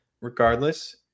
regardless